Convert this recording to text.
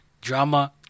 Drama